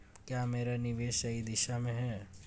क्या मेरा निवेश सही दिशा में है?